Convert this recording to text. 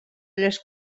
les